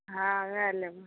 हँ उएह लेबै